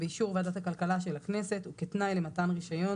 באישור ועדת הכלכלה של הכנסת וכתנאי למתן רישיון,